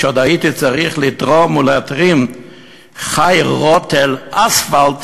כשהייתי צריך לתרום ולהתרים ח"י רוטל אספלט